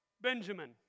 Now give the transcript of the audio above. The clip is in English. Benjamin